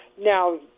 Now